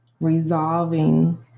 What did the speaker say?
Resolving